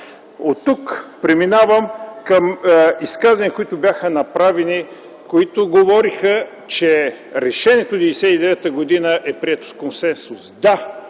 Оттук преминавам към изказвания, които бяха направени, които говориха, че решението в 1999 г. е прието с консенсус.